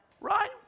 Right